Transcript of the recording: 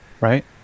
Right